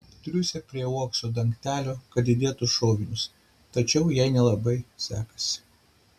triūsia prie uokso dangtelio kad įdėtų šovinius tačiau jai nelabai sekasi